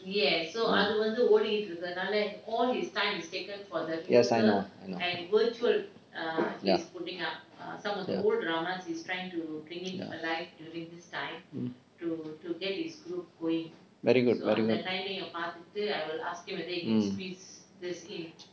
yes I know ya mm very good very good